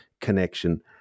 connection